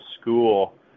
school